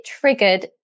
triggered